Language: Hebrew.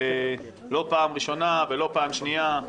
לא פעם ראשונה ולא פעם שנייה,